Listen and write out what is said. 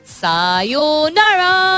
sayonara